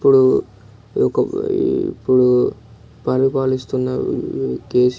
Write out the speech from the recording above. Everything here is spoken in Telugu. ఇప్పుడు ఒక ఇప్పుడు పరిపాలిస్తున్నా కేసిఆర్